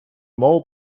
мову